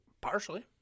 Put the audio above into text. Partially